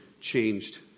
changed